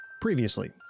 Previously